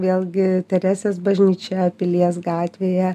vėlgi teresės bažnyčia pilies gatvėje